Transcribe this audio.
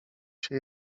się